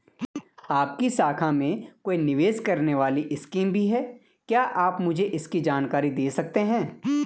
आपकी शाखा में कोई निवेश करने वाली स्कीम भी है क्या आप मुझे इसकी जानकारी दें सकते हैं?